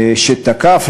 שתקף,